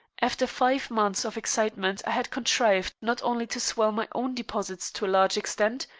after five months of excitement i had contrived not only to swell my own deposits to a large extent,